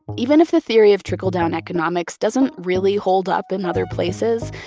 even if the theory of trickle-down economics doesn't really hold up in other places,